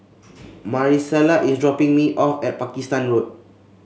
Marisela is dropping me off at Pakistan Road